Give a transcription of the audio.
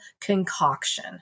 concoction